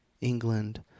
England